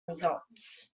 results